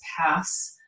pass